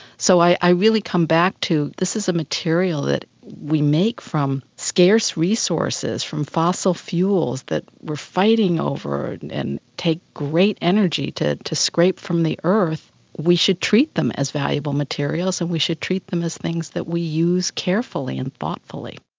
so i really come back to this is a material that we make from scarce resources, from fossil fuels that we are fighting over and and take great energy to to scrape from the earth. we should treat them as valuable materials and we should treat them as things that we use carefully and thoughtfully.